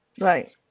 right